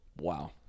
Wow